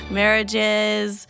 marriages